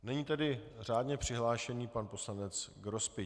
Nyní tedy řádně přihlášený pan poslanec Grospič.